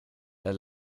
der